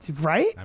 Right